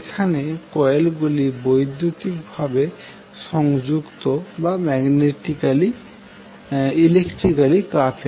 যেখানে কয়েলগুলি বৈদ্যুতিকভাবে সংযুক্ত রয়েছে